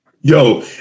yo